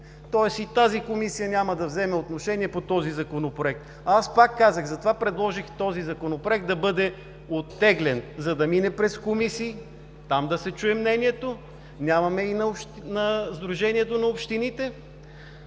Тоест и тази Комисия няма да вземе отношение по този Законопроект. Аз пак казвам, затова предложих този Законопроект да бъде оттеглен, за да мине през комисии, там да се чуе мнението – нямаме и на Сдружението на общините,